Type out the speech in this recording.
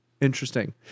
Interesting